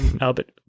Albert